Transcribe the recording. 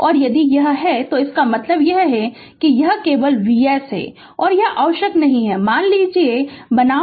और यदि यह है और इसका मतलब है यह केवल Vs है यह आवश्यक नहीं है मान लीजिए बनाम